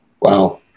wow